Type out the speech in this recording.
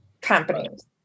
companies